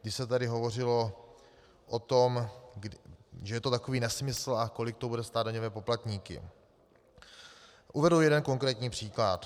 Když se tady hovořilo o tom, že je to takový nesmysl a kolik to bude stát daňové poplatníky, uvedu jeden konkrétní příklad.